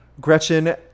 Gretchen